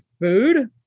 food